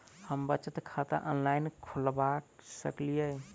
हम बचत खाता ऑनलाइन खोलबा सकलिये?